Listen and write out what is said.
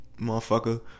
motherfucker